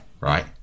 right